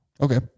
Okay